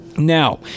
Now